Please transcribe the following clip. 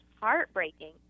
heartbreaking